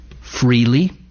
Freely